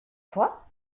toi